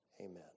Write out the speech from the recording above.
amen